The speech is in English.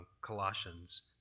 Colossians